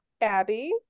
Abby